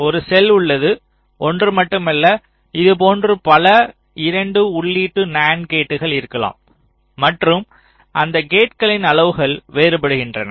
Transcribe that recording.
ஒரு செல் உள்ளது ஒன்று மட்டுமல்ல இதுபோன்ற பல 2 உள்ளீட்டு நண்ட் கேட்கள் இருக்கலாம் மற்றும் அந்த கேட்களின் அளவுகள் வேறுபடுகின்றன